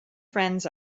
friends